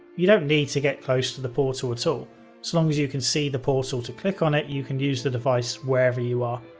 you don't need to get close to the portal at all. so so long as you you can see the portal to click on it, you can use the device wherever you are.